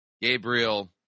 Gabriel